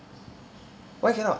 why cannot